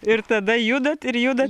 ir tada judat ir juda